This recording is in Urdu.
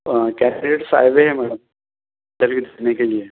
کینڈیڈیٹس آئے ہوئے ہیں میڈم انٹرویو دینے کے لئے